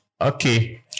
Okay